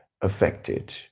affected